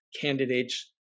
candidates